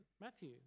Matthew